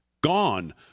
gone